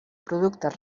productes